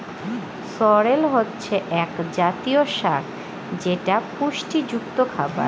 সরেল হচ্ছে এক জাতীয় শাক যেটা পুষ্টিযুক্ত খাবার